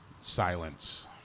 silence